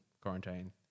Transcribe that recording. quarantine